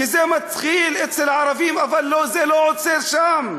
זה מתחיל אצל הערבים, אבל זה לא עוצר שם.